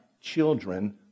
children